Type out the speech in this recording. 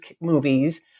movies